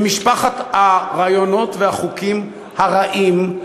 ממשפחת הרעיונות והחוקים הרעים,